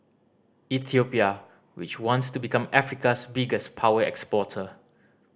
Ethiopia which wants to become Africa's biggest power exporter